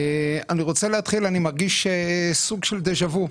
אני מרגיש סוג של דז'ה וו.